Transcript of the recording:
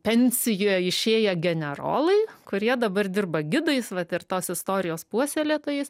pensiją išėję generolai kurie dabar dirba gidais vat ir tos istorijos puoselėtojais